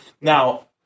Now